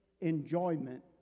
enjoyment